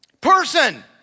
person